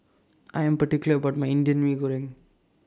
I Am particular about My Indian Mee Goreng